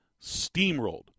steamrolled